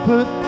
Put